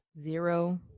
zero